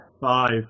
Five